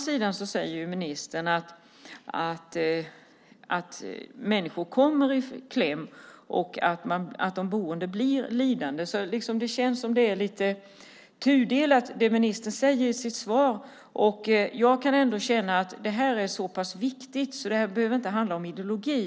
Men ministern säger ju att människor kommer i kläm och att de boende blir lidande, så det ministern säger i sitt svar känns lite tudelat. Det här är ändå så pass viktigt att det inte behöver handla om ideologi.